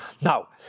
Now